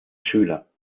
schüler